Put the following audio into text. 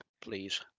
please